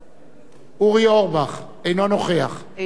אינו נוכח זבולון אורלב,